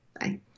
Bye